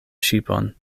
ŝipon